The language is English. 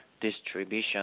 distribution